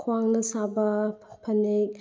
ꯈ꯭ꯋꯥꯡꯅ ꯁꯥꯕ ꯐꯅꯦꯛ